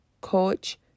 coach